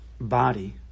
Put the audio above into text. body